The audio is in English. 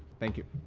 thank you.